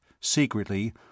secretly